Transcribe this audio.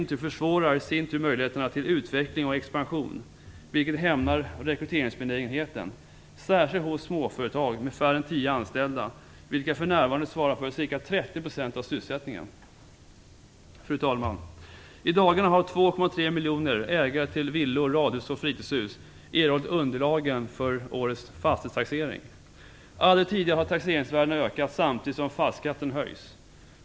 Detta försvårar i sin tur möjligheterna till utveckling och expansion, vilket hämmar rekryteringsbenägenheten, särskilt hos småföretag med färre än tio anställda som för närvarande svarar för ca 30 % av sysselsättningen. Fru talman! I dagarna har 2,3 miljoner ägare till villor, radhus och fritidshus erhållit underlagen för årets fastighetstaxering. Aldrig tidigare har taxeringsvärdena ökat samtidigt som fastighetsskatten höjs.